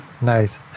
Nice